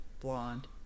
blonde